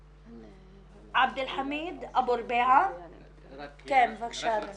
עבד אלחמיד אבו רביעה, בבקשה, אדוני.